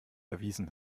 erwiesen